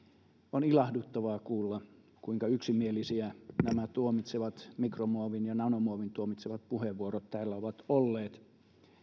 on ilahduttavaa kuulla kuinka yksimielisiä nämä mikromuovin ja nanomuovin tuomitsevat puheenvuorot täällä ovat olleet